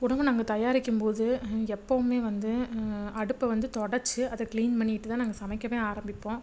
உணவு நாங்கள் தயாரிக்கும்போது எப்பவுமே வந்து அடுப்பை வந்து துடச்சி அதை க்ளீன் பண்ணிட்டுதான் நாங்கள் சமைக்கவே ஆரம்பிப்போம்